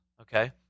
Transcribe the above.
okay